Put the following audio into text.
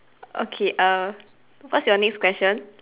okay err what's your next question